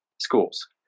schools